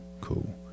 cool